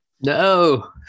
No